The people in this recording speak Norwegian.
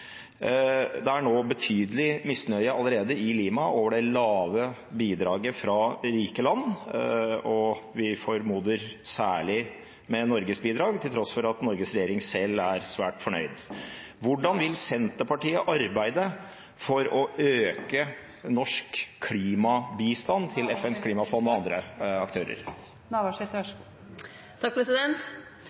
er allerede nå betydelig misnøye i Lima over det lave bidraget fra rike land og vi formoder særlig med Norges bidrag, til tross for at Norges regjering selv er svært fornøyd. Hvordan vil Senterpartiet arbeide for å øke norsk klimabistand til FNs klimafond og andre aktører?